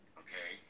okay